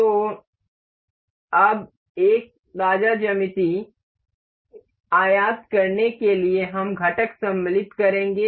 तो अब एक ताजा ज्यामिति आयात करने के लिए हम घटक सम्मिलित करेंगे